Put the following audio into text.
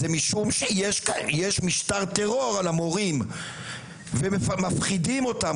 זה משום שיש משטר טרור על המורים ומפחידים אותם.